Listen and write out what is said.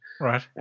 right